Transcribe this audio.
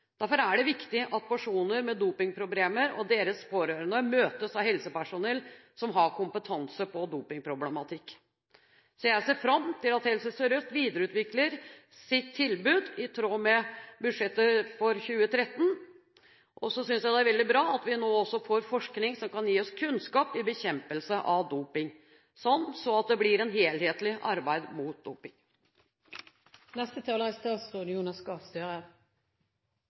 Derfor er det viktig at personer med dopingproblemer og deres pårørende møtes av helsepersonell som har kompetanse på dopingproblematikk. Så jeg ser fram til at Helse Sør-Øst videreutvikler sitt tilbud, i tråd med budsjettet for 2013, og så synes jeg det er veldig bra at vi nå også får forskning som kan gi oss kunnskap i bekjempelse av doping, sånn at det blir et helhetlig arbeid mot doping.